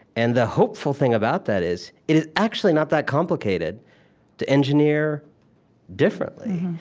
and the hopeful thing about that is, it is actually not that complicated to engineer differently.